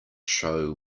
show